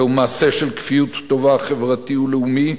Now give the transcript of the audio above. זהו מעשה של כפיות טובה חברתי ולאומי,